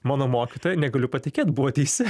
mano mokytoja negaliu patikėt buvo teisi